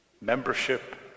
Membership